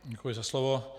Děkuji za slovo.